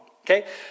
Okay